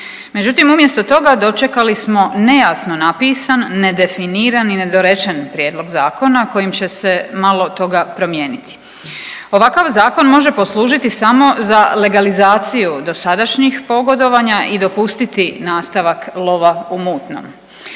međutim umjesto toga dočekali smo nejasno napisan, nedefiniran i nedorečen prijedlog zakona kojim će se malo toga promijeniti. Ovakav zakon može poslužiti samo za legalizaciju dosadašnjih pogodovanja i dopustiti nastavak lova u mutnom.